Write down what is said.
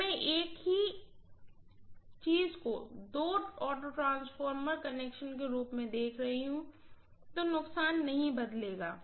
जब मैं एक ही चीज को ऑटो ट्रांसफार्मर कनेक्शन के रूप में देख रही हूँ तो नुकसान नहीं बदलेगा